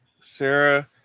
Sarah